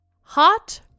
hot